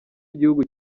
igihugu